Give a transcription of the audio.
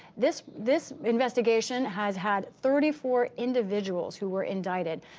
this this investigation has had thirty four individuals who were indicted.